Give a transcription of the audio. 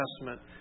Testament